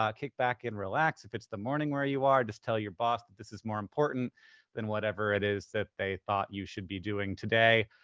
kick back and relax. if it's the morning where you are, just tell your boss that this is more important than whatever it is that they thought you should be doing today.